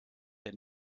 der